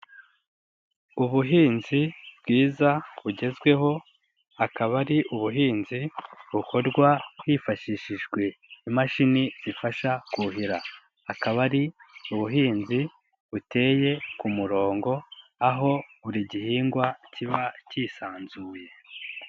Ubuhinzi bwiza bugezweho, akaba ari ubuhinzi bukorwa hifashishijwe imashini zifasha kuhira, akaba ari ubuhinzi buteye ku murongo, aho buri gihingwa kiba cyisanzuye.